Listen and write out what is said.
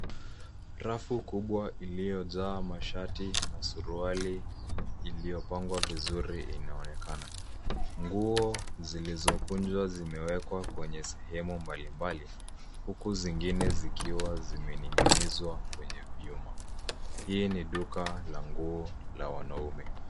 Rafu kubwa iliyojaa mashati na suruali iliyopangwa vizuri imeonekana. Nguo zilizokunjwa zimewekwa kwenye sehemu mbalimbali huku zingine zikiwa zimening'inizwa kwenye vyuma. Hii ni duka la nguo la wanaume.